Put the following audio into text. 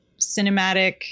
cinematic